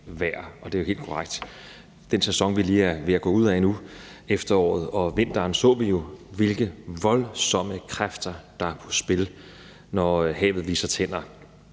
det er jo helt korrekt. I den sæson, vi lige er ved at gå ud af nu – efteråret og vinteren – så vi jo, hvilke voldsomme kræfter der er på spil, når havet viser tænder.